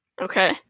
Okay